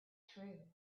true